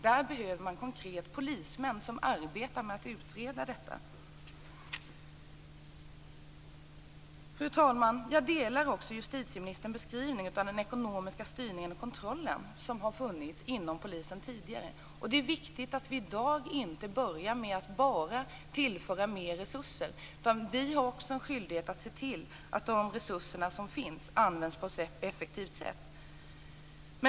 Där behöver man, konkret, polismän som arbetar med att utreda detta. Fru talman! Jag delar också justitieministerns beskrivning av den ekonomiska styrning och kontroll som har funnits inom polisen tidigare. Det är viktigt att vi i dag inte börjar med att bara tillföra mer resurser. Vi har också en skyldighet att se till att de resurser som finns används på ett effektivt sätt.